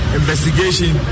investigation